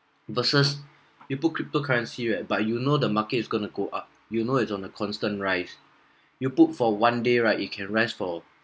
versus you put cryptocurrency right but you know the market is going to go up you know it's on a constant rise you put for one day right you can rest for